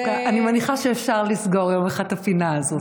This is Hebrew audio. אני מניחה שאפשר לסגור יום אחד את הפינה הזאת.